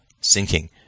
sinking